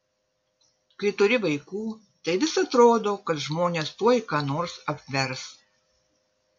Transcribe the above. kai turi vaikų tai vis atrodo kad žmonės tuoj ką nors apvers